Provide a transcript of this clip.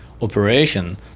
operation